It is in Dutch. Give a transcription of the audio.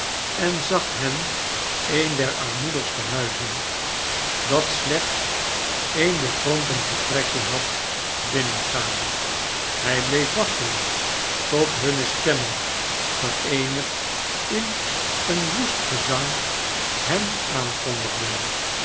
en zag hen een der armoedigste huizen dat slechts e'en bekrompen vertrekje had binnengaan hij bkef wachten tot hunne stemmen vereenigd in een woest gezang hem aankondigden